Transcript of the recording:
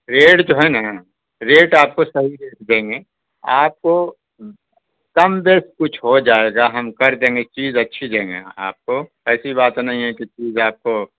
rate جو ہے نا ریٹ آپ کو صحیح ریٹ دیں گے آپ کو کم بیش کچھ ہو جائے گا ہم کر دیں گے چیز اچھی دیں گے آپ کو ایسی بات نہیں ہے کہ چیز آپ کو